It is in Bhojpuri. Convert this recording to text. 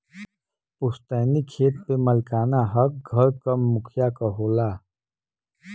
पुस्तैनी खेत पे मालिकाना हक घर क मुखिया क होला